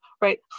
Right